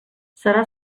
serà